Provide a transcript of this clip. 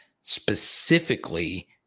specifically